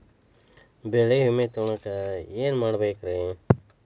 ಬೆಳೆ ವಿಮೆ ತಗೊಳಾಕ ಏನ್ ಮಾಡಬೇಕ್ರೇ?